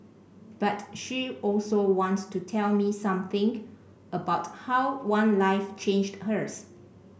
but she also wants to tell me something about how one life changed hers